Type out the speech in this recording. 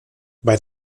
bei